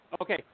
Okay